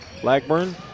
Blackburn